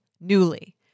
Newly